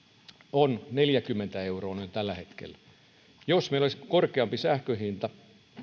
on noin neljäkymmentä euroa jos meillä olisi korkeampi sähkönhinta